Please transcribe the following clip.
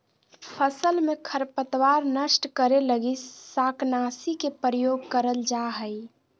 फसल में खरपतवार नष्ट करे लगी शाकनाशी के प्रयोग करल जा हइ